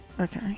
Okay